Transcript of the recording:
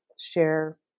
share